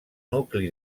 nucli